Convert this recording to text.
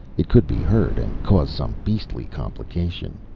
it could be heard and cause some beastly complication.